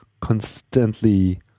constantly